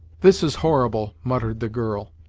this is horrible! muttered the girl,